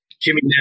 jimmy